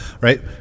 right